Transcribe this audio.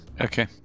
Okay